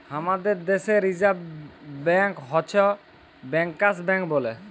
হামাদের দ্যাশে reserve bank হচ্ছ ব্যাংকার্স ব্যাঙ্ক বলে